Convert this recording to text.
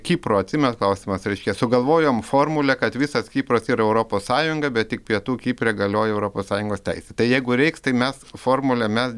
kipro atsimenat klausimas reiškia sugalvojom formulę kad visas kipras yra europos sąjunga bet tik pietų kipre galioja europos sąjungos teisė tai jeigu reiks tai mes formulę mes